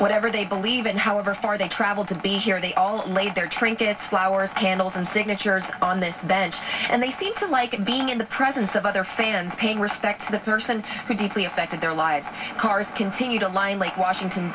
whatever they believe and however far they traveled to be here they all laid their trinkets flowers candles and signatures on this bench and they seem to like being in the presence of other fans paying respect to the person who deeply affected their lives cars continue to line lake washington